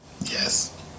Yes